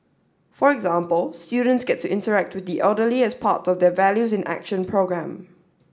for example students get to interact with the elderly as part of their values in action programme